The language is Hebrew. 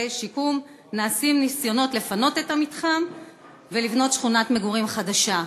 שיקום נעשים ניסיונות לפנות את המתחם ולבנות שכונת מגורים חדשה.